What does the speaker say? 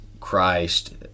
Christ